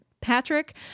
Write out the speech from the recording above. patrick